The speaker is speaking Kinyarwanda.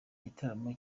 gitaramo